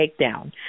takedown